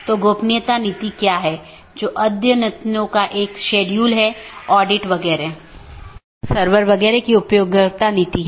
तो एक है optional transitive वैकल्पिक सकर्मक जिसका मतलब है यह वैकल्पिक है लेकिन यह पहचान नहीं सकता है लेकिन यह संचारित कर सकता है